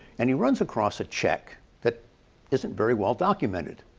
and he runs across a check that isn't very well documented.